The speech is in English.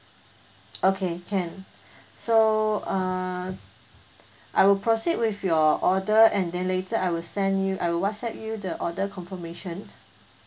okay can so uh I will proceed with your order and then later I will send you I will whatsapp you the order confirmation